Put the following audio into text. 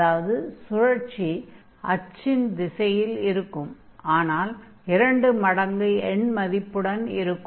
அதாவது சுழற்சி அச்சின் திசையில் இருக்கும் ஆனால் இரண்டு மடங்கு எண்மதிப்புடன் இருக்கும்